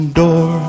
door